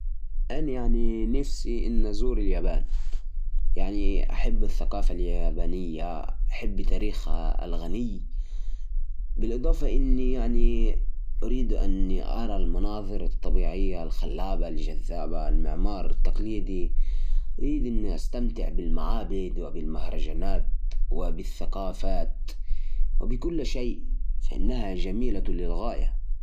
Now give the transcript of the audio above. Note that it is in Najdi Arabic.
المكان اللي أود أزوره هو مدينة اسطنبول احبها لأنها تجمع بين التاريخ والثقافة الحديثة وفيها معالم أثرية جميلة مثل آيا صوفيا والجامع الأزرق كمان احب استمتع بالطعام التركي الشهي والأسواق التقليدية زيارة اسطنبول بتكون تجربة مميزة ورائعة